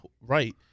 right